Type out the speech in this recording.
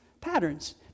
Patterns